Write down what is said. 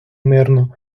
мирно